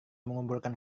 mengumpulkan